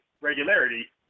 regularity